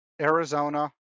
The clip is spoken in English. Arizona